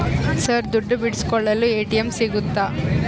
Sir ದುಡ್ಡು ಬಿಡಿಸಿಕೊಳ್ಳಲು ATM ಸಿಗುತ್ತಾ?